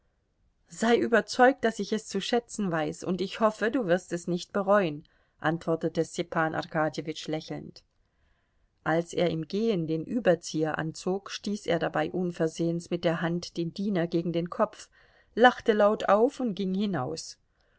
sei überzeugt daß ich es zu schätzen weiß und ich hoffe du wirst es nicht bereuen antwortete stepan arkadjewitsch lächelnd als er im gehen den überzieher anzog stieß er dabei unversehens mit der hand den diener gegen den kopf lachte laut auf und ging hinaus